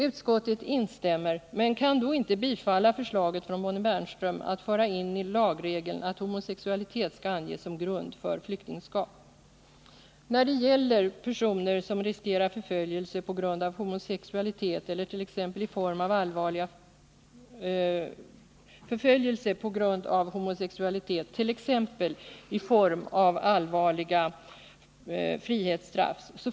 Utskottet instämmer men kan då inte tillstyrka förslaget från Bonnie Bernström om att föra in i lagregeln att homosexualitet skall anges såsom grund för flyktingskap. Personer som riskerar förföljelse på grund av homosexualitet, t.ex. i form av allvarliga frihetsstraff.